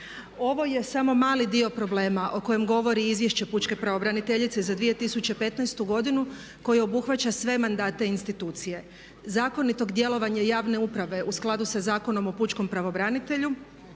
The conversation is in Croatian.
Ovo je samo mali dio problema o kojem govori izvješće pučke pravobraniteljice za 2015. godinu koje obuhvaća sve mandate institucije. Zakonitog djelovanja javne uprave u skladu sa Zakonom o pučkom pravobranitelju,